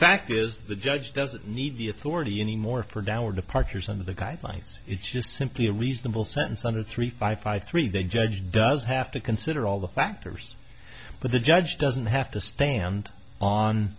fact is the judge doesn't need the authority any more pronounced departures under the guidelines it's just simply a reasonable sentence under three five five three the judge does have to consider all the factors but the judge doesn't have to stand on